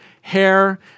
hair